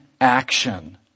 action